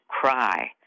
cry